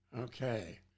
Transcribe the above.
Okay